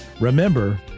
remember